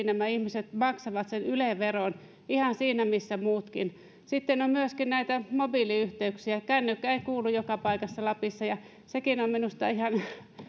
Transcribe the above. nämä ihmiset maksavat yle veron ihan siinä missä muutkin sitten on myöskin näitä mobiiliyhteyksiä kännykkä ei kuulu joka paikassa lapissa ja senkin pitäisi minusta